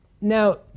now